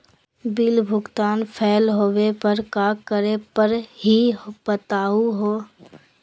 Bill भुगतान fail होवे पर का करै परही, बताहु हो?